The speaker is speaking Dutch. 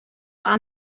aan